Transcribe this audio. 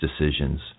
decisions